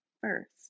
first